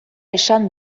esan